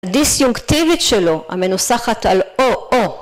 ‫הדיסיונקטיבית שלו, ‫המנוסחת על או-או.